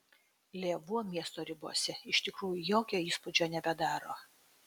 lėvuo miesto ribose iš tikrųjų jokio įspūdžio nebedaro